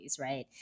right